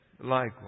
likewise